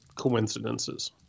coincidences